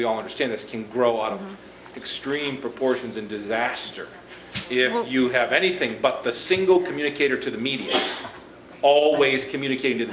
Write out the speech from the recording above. we all understand this can grow out of extreme proportions and disaster here will you have anything but the single communicator to the media always communicat